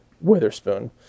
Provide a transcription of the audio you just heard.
Witherspoon